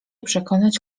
przekonać